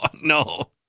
no